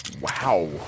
Wow